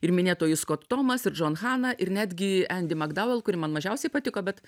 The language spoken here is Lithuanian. ir minėtoji skot tomas ir džon hana ir netgi endi magdauvel kuri man mažiausiai patiko bet